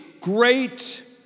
great